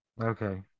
Okay